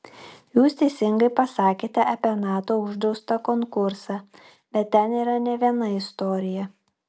jūs teisingai pasakėte apie nato uždraustą konkursą bet ten yra ne viena istorija